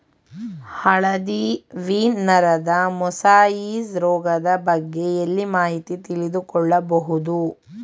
ಹಳದಿ ವೀನ್ ನರದ ಮೊಸಾಯಿಸ್ ರೋಗದ ಬಗ್ಗೆ ಎಲ್ಲಿ ಮಾಹಿತಿ ತಿಳಿದು ಕೊಳ್ಳಬಹುದು?